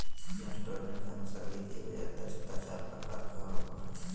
James Tobin के अनुसार वित्तीय बाजार दक्षता चार प्रकार के होवो हय